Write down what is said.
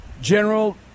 General